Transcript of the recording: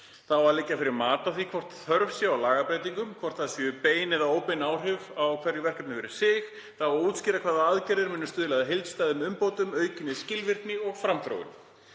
á að liggja fyrir mat á því hvort þörf sé á lagabreytingum, hvort það séu bein eða óbein áhrif á hvert verkefni fyrir sig. Það á að útskýra hvaða aðgerðir muni stuðla að heildstæðum umbótum, aukinni skilvirkni og framþróun.